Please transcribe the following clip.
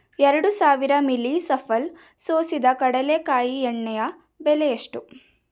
ಎರಡು ಸಾವಿರ ಮಿಲೀ ಸಫಲ್ ಸೋಸಿದ ಕಡಲೆಕಾಯಿ ಎಣ್ಣೆಯ ಬೆಲೆ ಎಷ್ಟು